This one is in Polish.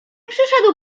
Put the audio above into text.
przyszedł